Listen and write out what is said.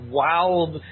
wild